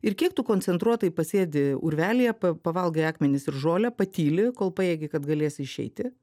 ir kiek tu koncentruotai pasėdi urvelyje pa pavalgai akmenis ir žolę patyli kol pajėgi kad galėsi išeiti